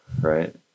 right